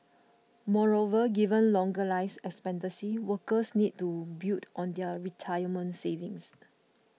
moreover given longer life expectancy workers need to build on their retirement savings